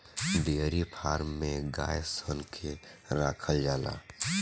dairy farm में गाय सन के राखल जाला